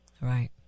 Right